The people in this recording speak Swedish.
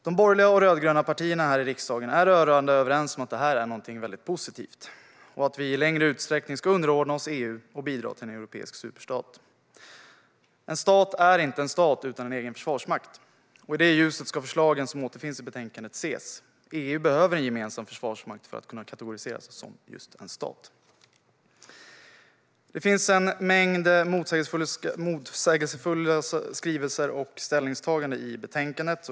De borgerliga och rödgröna partierna här i riksdagen är rörande överens om att det här är någonting väldigt positivt och att vi i större utsträckning ska underordna oss EU och bidra till en europeisk superstat. En stat är inte en stat utan en egen försvarsmakt. I det ljuset ska förslagen som återfinns i betänkandet ses. EU behöver en gemensam försvarsmakt för att kunna kategorisera sig som just en stat. Det finns en mängd motsägelsefulla skrivningar och ställningstaganden i betänkandet.